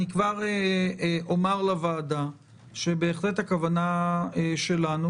אני כבר אומר לוועדה שבהחלט הכוונה שלנו,